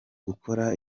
gukora